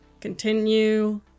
continue